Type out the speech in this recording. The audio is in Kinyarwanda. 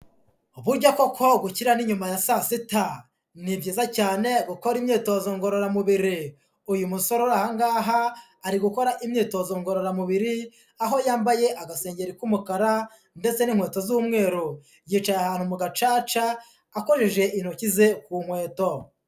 Burya koko gukira ni nyuma ya saa sita, ni byiza cyane gukora imyitozo ngororamubiri, uyu musore uri aha ngaha, ari gukora imyitozo ngororamubiri, aho yambaye agasengeri k'umukara ndetse n'inkweto z'umweru, yicaye ahantu mu gacaca akojeje intoki ze ku nkweto.